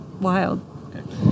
wild